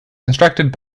constructed